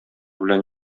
белән